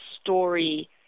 story